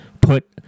put